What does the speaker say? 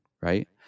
right